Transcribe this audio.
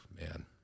Man